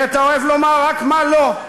כי אתה אוהב לומר רק מה לא.